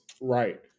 right